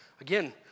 Again